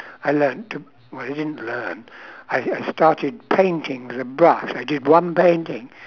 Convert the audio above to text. I learnt to well I didn't learn I I started painting with a brush I did one painting